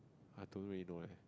I don't really know leh